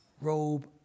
robe